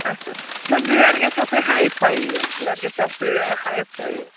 اَچھا نہَ گٲڑۍ گَژھِ آسٕنۍ ہاے فاے گٲڑۍ گژھِ آسٕنۍ ہاے فاے